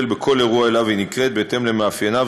בכל אירוע שאליו היא נקראת בהתאם למאפייניו,